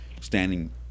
standing